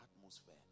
atmosphere